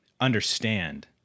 understand